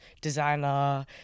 designer